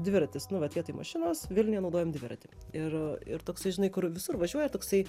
dviratis nu vat vietoj mašinos vilniuje naudojam dviratį ir ir toksai žinai kur visur važiuoja toksai